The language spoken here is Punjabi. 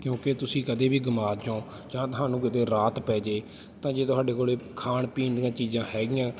ਕਿਉਂਕਿ ਤੁਸੀਂ ਕਦੇ ਵੀ ਗੁਆਚ ਜਾਓ ਜਾਂ ਤੁਹਾਨੂੰ ਕਿਤੇ ਰਾਤ ਪੈ ਜਾਵੇ ਤਾਂ ਜੇ ਤੁਹਾਡੇ ਕੋਲ ਖਾਣ ਪੀਣ ਦੀਆਂ ਚੀਜ਼ਾਂ ਹੈਗੀਆਂ